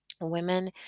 Women